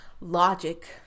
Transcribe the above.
logic